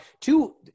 two